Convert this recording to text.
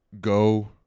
go